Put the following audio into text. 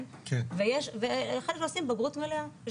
וחלק עושים בגרות מלאה.